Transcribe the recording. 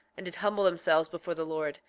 and did humble themselves before the lord,